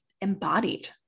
embodied